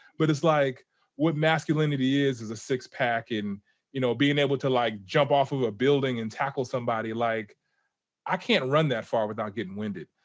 but it's like what masculinity is is a six-pack, and you know being able to like jump off of a building and tackle somebody. like i can't run that far without getting winded,